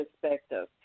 perspective